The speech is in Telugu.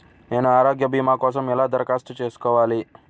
నేను ఆరోగ్య భీమా కోసం ఎలా దరఖాస్తు చేసుకోవాలి?